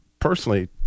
personally